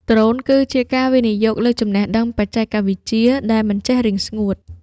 ដ្រូនគឺជាការវិនិយោគលើចំណេះដឹងបច្ចេកវិទ្យាដែលមិនចេះរីងស្ងួត។